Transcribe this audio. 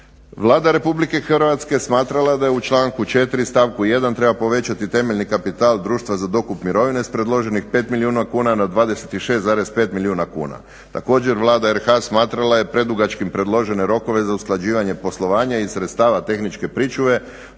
Vlada Republike Hrvatske smatrala je da u članku 4. stavku 1. treba povećati temeljni kapital društva za dokup mirovine s predloženih 5 milijuna kuna na 26,5 milijuna kuna. Također, Vlada Republike Hrvatske smatrala je predugačkim predložene rokove za usklađivanje poslovanja i sredstava tehničke pričuve